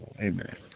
amen